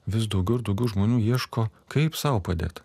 vis daugiau ir daugiau žmonių ieško kaip sau padėt